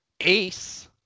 Ace